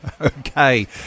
Okay